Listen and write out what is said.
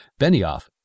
Benioff